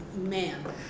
man